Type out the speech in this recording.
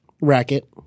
Racket